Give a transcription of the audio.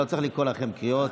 אני לא רוצה לקרוא לכם קריאות.